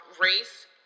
race